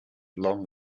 long